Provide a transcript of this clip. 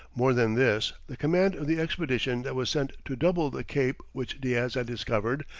more than this the command of the expedition that was sent to double the cape which diaz had discovered,